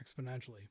exponentially